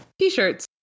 T-shirts